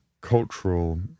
cultural